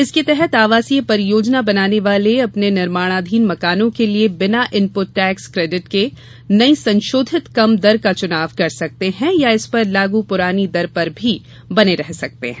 इसके तहत आवासीय परियोजना बनाने वाले अपने निर्माणाधीन मकानों के लिए बिना इनपुट टैक्स केडिट के नई संशोधित कम दर का चुनाव कर सकते हैं या इस पर लागू पुरानी दर पर भी बने रह सकते हैं